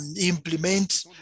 implement